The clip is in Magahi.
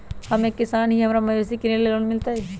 हम एक किसान हिए हमरा मवेसी किनैले लोन मिलतै?